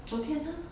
昨天啊